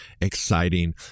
exciting